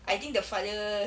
I think the father